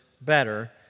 better